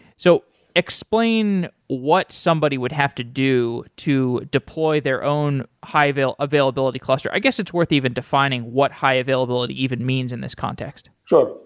so explain what somebody would have to do to deploy their own high availability cluster. i guess it's worth even defining what high availability even means in this context. sure.